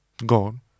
Gone